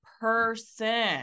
person